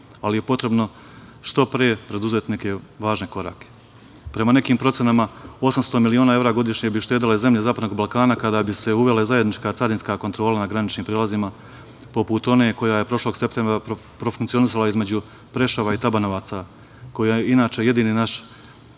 ali je potrebno što pre preduzeti neke važne korake. Prema nekim procenama 800 miliona eva godišnje bi uštedele zemlje zapadnog Balkana kada bi se uvele zajednička carinska kontrola na graničnim prelazima poput one koja je prošlog septembra profunkcionisala između Preševa i Tabanovaca koja je inače jedini naš,